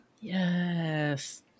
Yes